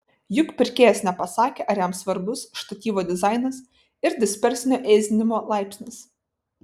juk pirkėjas nepasakė ar jam svarbus štatyvo dizainas ir dispersinio ėsdinimo laipsnis